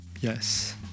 Yes